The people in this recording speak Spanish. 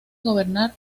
gobernar